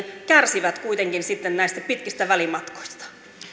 kärsivät kuitenkin sitten näistä pitkistä välimatkoista